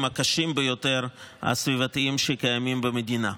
הסביבתיים הקשים ביותר שקיימים במדינה.